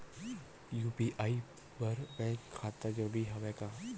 UPI बर bank खाता जरूरी हवय का?